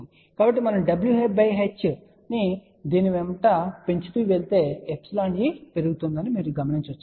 కాబట్టి మనం w h ని దీని వెంబడి పెంచుతూ వెళితే εe పెరుగుతున్నట్లు మీరు చూడవచ్చు